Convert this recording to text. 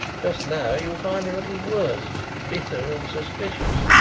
just now you'll find him at his worst bitter and suspicious.